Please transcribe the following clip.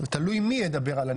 תלוי מי ידבר על הנגב.